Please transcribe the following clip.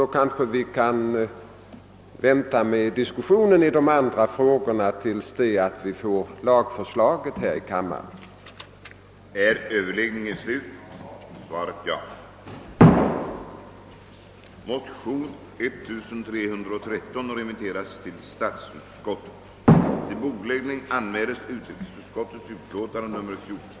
Vi bör väl då kunna vänta med diskussionen till dess det aktuella lagförslaget ligger på kammarens bord.